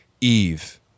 Eve